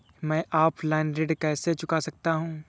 मैं ऑफलाइन ऋण कैसे चुका सकता हूँ?